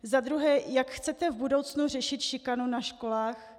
Za druhé, jak chcete v budoucnu řešit šikanu na školách.